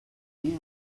leave